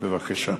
בבקשה.